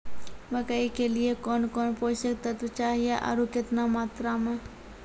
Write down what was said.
मकई के लिए कौन कौन पोसक तत्व चाहिए आरु केतना मात्रा मे?